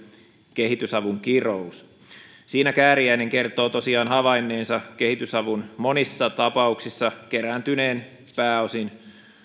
kehitysavun kirous siinä kääriäinen kertoo tosiaan havainneensa kehitysavun monissa tapauksissa kerääntyneen pääosin